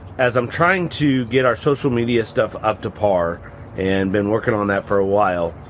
as i'm trying to get our social media stuff up to par and been workin' on that for a while,